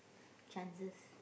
chances